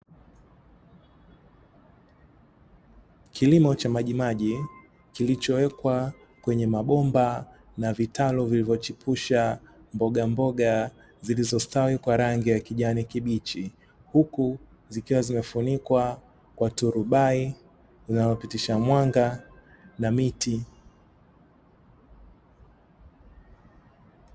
Kilimo cha majimaji, kilichowekwa kwenye mabomba na vitaru vilivyochipusha mboga mboga zilizostawi kwa rangi ya kijani kibichi, huku zikiwa zimefunikwa kwa turubai, linalopitisha mwanga na miti.